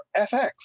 FX